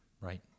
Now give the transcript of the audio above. Right